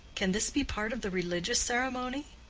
can this be part of the religious ceremony?